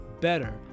better